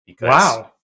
Wow